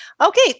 Okay